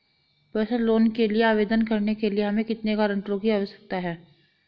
Personal loan के लिए आवेदन करने के लिए हमें कितने गारंटरों की आवश्यकता है?